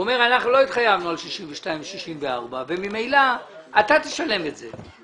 הוא אומר שהם לא התחייבו על 62 ל-64 וממילא אתה תשלם את זה.